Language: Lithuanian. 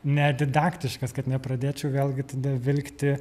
nedidaktiškas kad nepradėčiau vėlgi tada vilkti